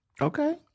Okay